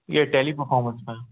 ये टेलीपफोमेंस में